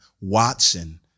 Watson